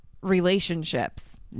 relationships